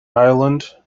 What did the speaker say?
ireland